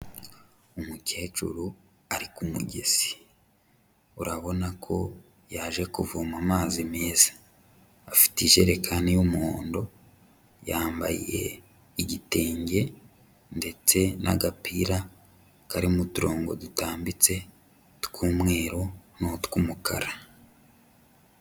Umukecuru ari ku mugezi, urabona ko yaje kuvoma amazi meza. Afite ijerekani y'umuhondo, yambaye igitenge ndetse n'agapira karimo uturongo dutambitse tw'umweru n'utw'umukara.